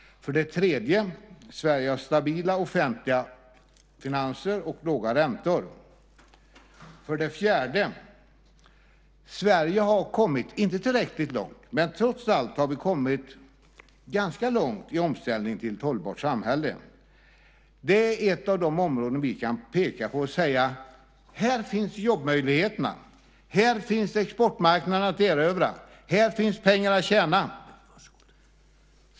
För det tredje: Sverige har stabila offentliga finanser och låga räntor. För det fjärde: Sverige har kommit, inte tillräckligt långt, men vi har trots allt kommit ganska långt i omställningen till ett hållbart samhälle. Det är ett av de områden vi kan peka på och säga: Här finns jobbmöjligheterna. Här finns exportmarknader att erövra. Här finns pengar att tjäna.